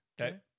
Okay